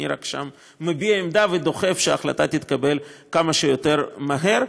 אני שם רק מביע עמדה ודוחף שההחלטה תתקבל כמה שיותר מהר.